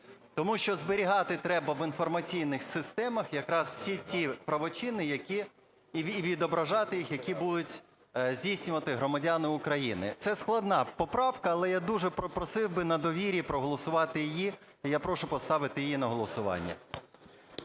Тому що зберігати треба в інформаційних системах якраз всі ті правочини, які… і відображати їх, які будуть здійснювати громадяни України. Це складна поправка, але я дуже просив би на довірі проголосувати її, і я прошу поставити її на голосування.